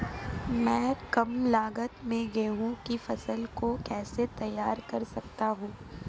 मैं कम लागत में गेहूँ की फसल को कैसे तैयार कर सकता हूँ?